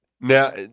Now